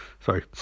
Sorry